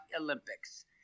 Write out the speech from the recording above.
Olympics